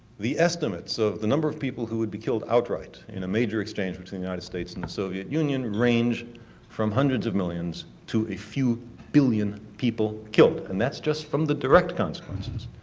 the estimates of the number of people who would be killed outright in a major exchange but between the united states and the soviet union range from hundreds of millions to a few billion people killed. and that's just from the direct consequences.